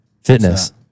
Fitness